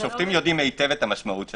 השופטים יודעים היטב את המשמעות של